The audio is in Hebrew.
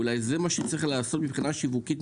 אולי זה מה שצריך לעשות מבחינתכם,